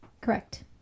Correct